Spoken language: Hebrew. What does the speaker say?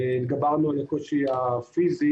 התגברנו על הקושי הפיסי